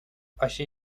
allí